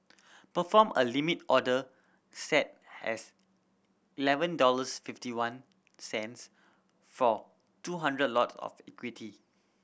perform a Limit order set as eleven dollars fifty one cents for two hundred lot of equity